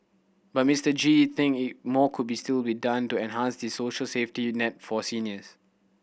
but Mister Gee think it more could be still be done to enhance the social safety net for seniors